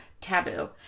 taboo